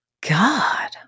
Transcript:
God